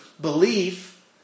belief